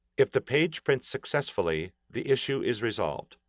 if the page prints successfully, the issue is resolved.